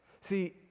See